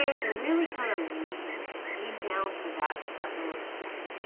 ah really kind of lead lead down to that that lower string.